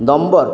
number